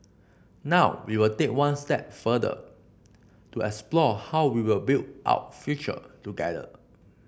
now we will take one step further to explore how we will build out future together